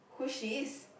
who she is